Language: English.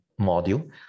module